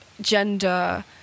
Gender